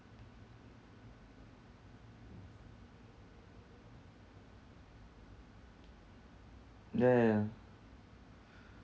ya ya ya